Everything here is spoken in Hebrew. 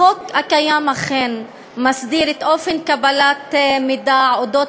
החוק הקיים אכן מסדיר את אופן קבלת המידע על אודות